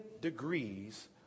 degrees